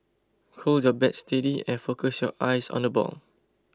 hold your bat steady and focus your eyes on the ball